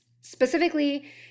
Specifically